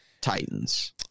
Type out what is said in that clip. Titans